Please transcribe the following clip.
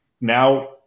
now